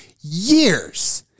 years